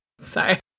Sorry